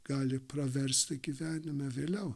gali praversti gyvenime vėliau